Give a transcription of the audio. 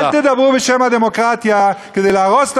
אל תדברו בשם הדמוקרטיה כדי להרוס את